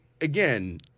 again